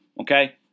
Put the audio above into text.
Okay